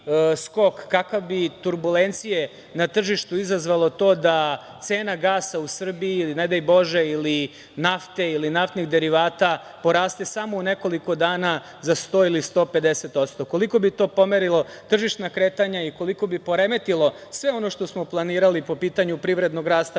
kakve bi turbulencije na tržištu izazvalo to da cena gasa u Srbiji ili, ne daj bože, nafte ili naftnih derivata poraste samo u nekoliko dana za 100 ili 150%, koliko bi to pomerilo tržišna kretanja i koliko bi poremetilo sve ono što smo planirali po pitanju privrednog rasta,